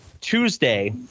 Tuesday